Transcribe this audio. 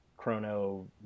Chrono